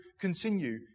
continue